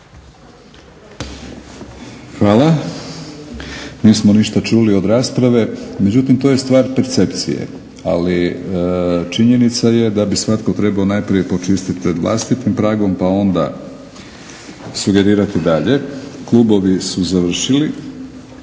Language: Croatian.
Hvala. Nismo ništa čuli od rasprave, međutim to je stvar percepcije. Ali, činjenica je da bi svatko trebao najprije počistiti pred vlastitim pragom pa onda sugerirati dalje. Klubovi su završili.